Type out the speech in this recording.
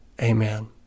Amen